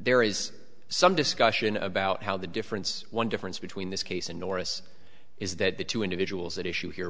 there is some discussion about how the difference one difference between this case and norris is that the two individuals at issue here